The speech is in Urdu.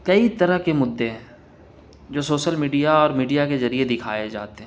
کئی طرح کے مدعے ہیں جو سوشل میڈیا اور میڈیا کے ذریعے دکھائے جاتے ہیں